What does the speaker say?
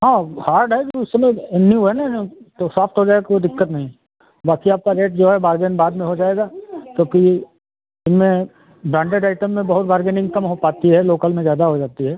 हाँ वो हार्ड है लेकिन उसमें में ए न्यू है न न तो सॉफ़्ट हो जाएगा कोई दिक्कत नहीं बाकी आपका रेट जो है बारगेन बाद में हो जाएगा तो फिर इनमें ब्राण्डेड आइटम में बहुत बारगेनिंग कम हो पाती है लोकल में ज़्यादा हो जाती है